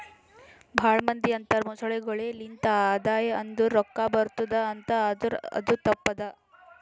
ಭಾಳ ಮಂದಿ ಅಂತರ್ ಮೊಸಳೆಗೊಳೆ ಲಿಂತ್ ಆದಾಯ ಅಂದುರ್ ರೊಕ್ಕಾ ಬರ್ಟುದ್ ಅಂತ್ ಆದುರ್ ಅದು ತಪ್ಪ ಅದಾ